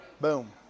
Boom